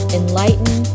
enlighten